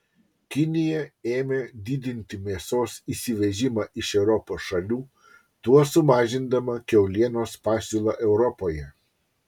kinija ėmė didinti mėsos įsivežimą iš europos šalių tuo sumažindama kiaulienos pasiūlą europoje